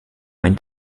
ein